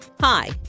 Hi